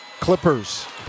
Clippers